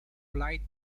flight